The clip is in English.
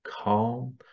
calm